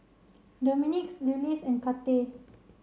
Dominicks Lillis and Kathey